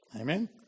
Amen